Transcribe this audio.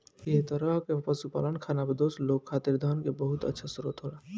एह तरह के पशुपालन खानाबदोश लोग खातिर धन के बहुत अच्छा स्रोत होला